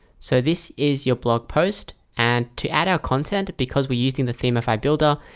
so this is your blog post and to add our content because we're using the themify builder.